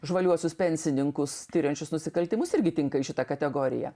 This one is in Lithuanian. žvaliuosius pensininkus tiriančius nusikaltimus irgi tinka šita kategorija